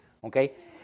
Okay